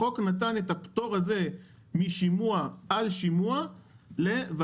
החוק נתן את הפטור הזה משימוע על שימוע לשני